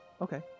Okay